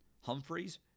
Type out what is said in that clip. Humphreys